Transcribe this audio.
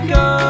go